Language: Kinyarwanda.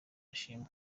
ashimwe